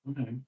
Okay